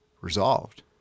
resolved